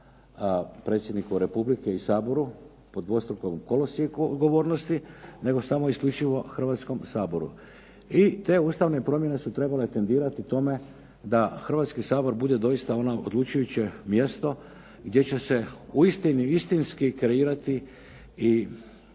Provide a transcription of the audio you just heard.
predsjedniku republike i Saboru po dvostrukom kolosijeku odgovornosti nego samo isključivo Hrvatskom saboru. I te ustavne promjene su trebale tendirati tome da Hrvatski sabor bude doista ono odlučujuće mjesto gdje će se uistinu i istinski kreirati i